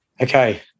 okay